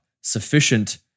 sufficient